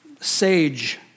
sage